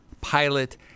pilot